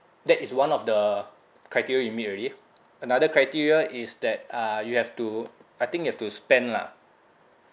that is one of the criteria you meet already another criteria is that uh you have to I think you have to spend lah